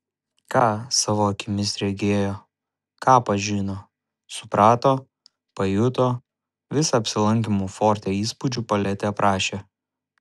ką savo akimis regėjo ką pažino suprato pajuto visą apsilankymo forte įspūdžių paletę aprašė